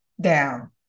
down